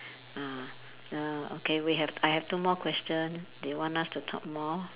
ah the okay we have I have two more question they want us to talk more